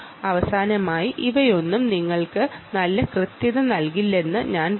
അവസാനമായി ഇവയൊന്നും നിങ്ങൾക്ക് നല്ല കൃത്യത നൽകില്ലെന്ന് ഞാൻ പറയും